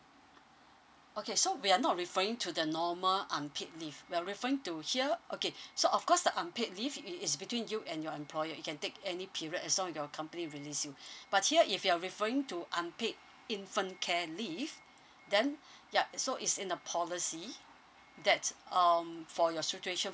okay so we're not referring to the normal unpaid leave we're referring to here okay so of course the unpaid leave i~ is between you and your employer you can take any period as long your company release you but here if you're referring to unpaid infant care leave then yup so is in the policy that um for your situation